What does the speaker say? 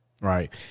right